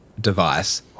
device